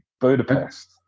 Budapest